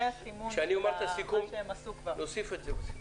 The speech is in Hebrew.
כשאני אומר את הסיכום, נוסיף את זה.